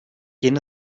yeni